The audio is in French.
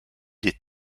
des